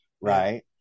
right